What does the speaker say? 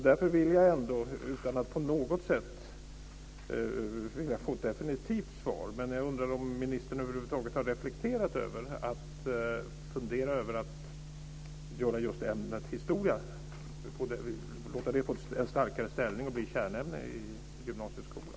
Därför vill jag ändå, utan att på något sätt begära att få ett definitivt svar, fråga om ministern över huvud taget har reflekterat över att låta just ämnet historia få en starkare ställning och bli kärnämne i gymnasieskolan.